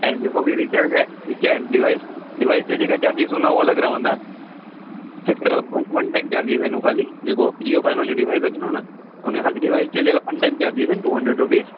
ऐं जेको बि रिचार्ज आहे रिचार्ज डिवाइस डिवाइस जा जेका चार्जिस हूंदा हूअ अलगि रहंदा हिकिड़ो वन वन टाइम चार्जिस आहिनि हू ख़ाली जेको जियो फ़ाइबर जो डिवाइस लॻंदो न उनजो ख़ाली डिवाइस जा जेका वन टाइम चार्जिस आहिनि टू हंड्रेड रुपीज़